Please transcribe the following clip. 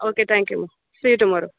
okay தேங்க்யூமா see you tomorrow